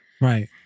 Right